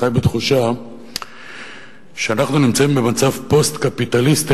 חי בתחושה שאנחנו נמצאים במצב פוסט-קפיטליסטי,